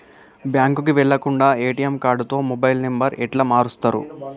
బ్యాంకుకి వెళ్లకుండా ఎ.టి.ఎమ్ కార్డుతో మొబైల్ నంబర్ ఎట్ల మారుస్తరు?